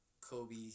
Kobe